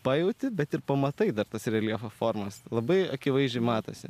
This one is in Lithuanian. pajauti bet ir pamatai dar tas reljefo formas labai akivaizdžiai matosi